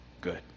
good